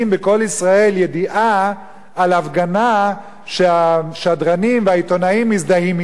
ישראל" ידיעה על הפגנה שהשדרנים והעיתונאים מזדהים אתה,